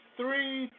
three